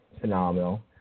Phenomenal